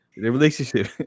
relationship